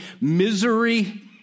Misery